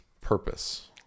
purpose